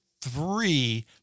three